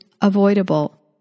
Avoidable